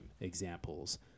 examples